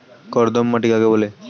কর্দম মাটি কাকে বলে?